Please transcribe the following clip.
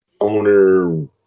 owner